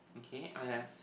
okay I have